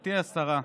גברתי השרה,